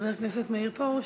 חבר הכנסת פרוש.